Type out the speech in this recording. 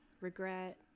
regret